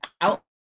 out